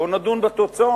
בואו נדון בתוצאות,